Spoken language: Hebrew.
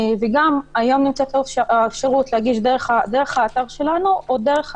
וגם היום יש אפשרות להגיש דרך האתר שלנו או דרך הרשות.